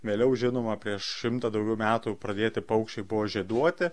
vėliau žinoma prieš šimtą daugiau metų pradėti paukščiai buvo žieduoti